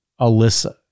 Alyssa